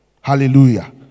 Hallelujah